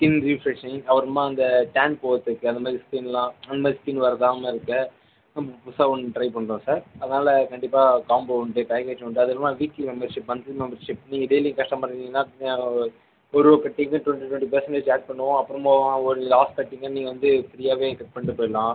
skin refreshing அப்புறமா அந்த tan போகிறத்துக்கு அந்தமாதிரி ஸ்கின்னெலாம் அந்தமாதிரி ஸ்கின் வரதாமல் இருக்க புதுசாக ஒன்று ட்ரை பண்ணுறோம் சார் அதனால கண்டிப்பாக காம்போ உண்டு அதுவும் இல்லாமல் weekly membership monthly membership நீங்கள் டெய்லி கஸ்டமராக இருந்திங்கனால் ஒரு ஒரு கட்டிங்கு டுவென்ட்டி டுவென்ட்டி பெர்சன்டேஜ் ஆட் பண்ணுவோம் அப்புறமா ஒரு லஸ்ட்டு கட்டிங்கை நீங்கள் வந்து ஃப்ரீயாகவே கட் பண்ணிவிட்டு போய்விடலாம்